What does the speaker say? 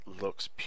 looks